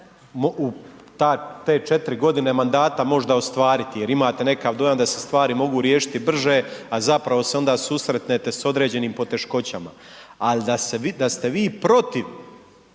u te 4.g. mandata možda ostvariti jer imate nekakav dojam da se stvari mogu riješiti brže, a zapravo se onda susretnete s određenim poteškoćama. A da ste vi protiv